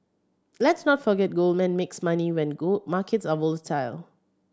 let's not forget Goldman makes money when gold markets are volatile